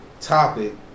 topic